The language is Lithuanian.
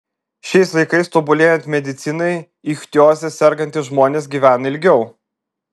šiais laikais tobulėjant medicinai ichtioze sergantys žmonės gyvena ilgiau